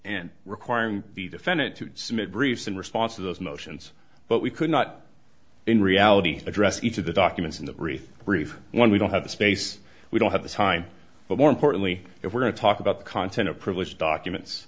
and requiring the defendant to submit briefs in response to those motions but we could not in reality address each of the documents in the brief brief one we don't have the space we don't have the time but more importantly if we're going to talk about content of privilege documents